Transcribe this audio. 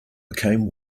became